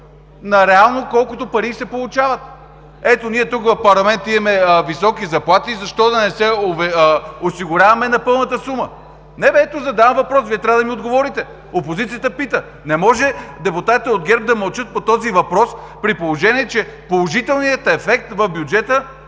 на колкото пари реално се получават? Ето ние тук, в парламента, имаме високи заплати, защо да не се осигуряваме на пълната сума? Задавам въпрос, Вие трябва да ми отговорите! Опозицията пита. Не може депутатите от ГЕРБ да мълчат по този въпрос, при положение че положителният ефект в бюджета